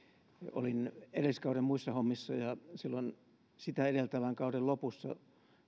olin edelliskauden muissa hommissa ja silloin sitä edeltävän kauden lopussa